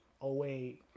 away